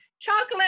Chocolate